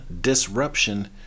disruption